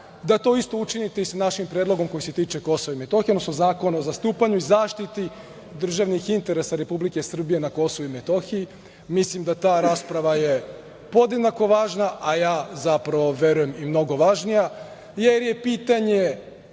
da to isto učinite i sa našim predlogom koji se tiče Kosova i Metohije, odnosno Zakona o zastupanju i zaštiti državnih interesa države Srbije na KiM, mislim da je ta rasprava podjednako važna, a zapravo verujem i mnogo važnija, jer je pitanje